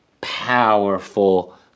Powerful